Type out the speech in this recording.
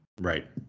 right